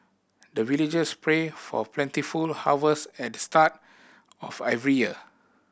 the villagers pray for plentiful harvest at the start of every year